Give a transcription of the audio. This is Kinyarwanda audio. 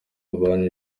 abantu